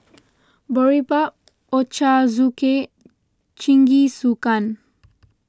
Boribap Ochazuke Jingisukan